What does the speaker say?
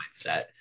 mindset